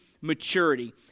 maturity